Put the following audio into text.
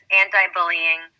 anti-bullying